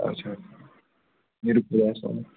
اَچھا نیٖرِو خۅدایَس حَوال